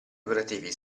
operativi